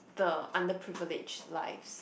the underprivileged lives